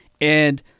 and-